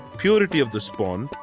purity of the spawn,